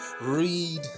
read